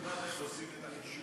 לך תלמד איך עושים את החישוב,